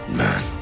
man